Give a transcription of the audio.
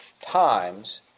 times